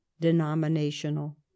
denominational